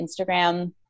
Instagram